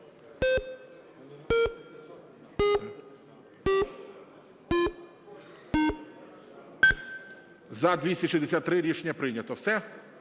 За-263 Рішення прийнято. Все?